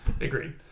Agreed